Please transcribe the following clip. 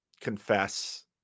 confess